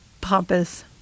pompous